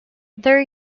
there